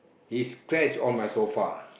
he's scratch on my sofa